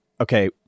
okay